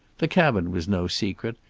the cabin was no secret.